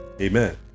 Amen